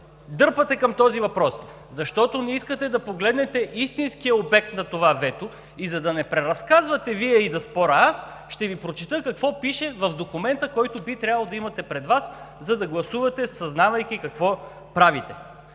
дърпате към този въпрос? Защото не искате да погледнете истинския обект на това вето. И за да не преразказвате Вие и да споря аз, ще Ви прочета какво пише в документа, който би трябвало да имате пред Вас, за да гласувате, съзнавайки какво правите.